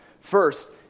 First